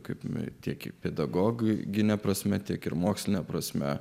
kaip mes tiek pedagogine prasme tiek ir moksline prasme